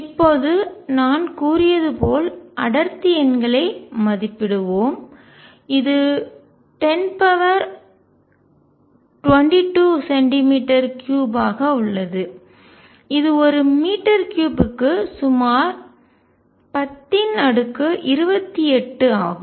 இப்போது நான் கூறியது போல் அடர்த்தி எண்களை மதிப்பிடுவோம் இது 1022 சென்டிமீட்டர் க்யூப் ஆக உள்ளது இது ஒரு மீட்டர் க்யூப்க்கு சுமார் 1028 ஆகும்